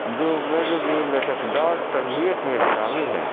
جو میرے لیے لچک دار تربیت میں شامل ہے